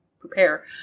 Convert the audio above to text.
prepare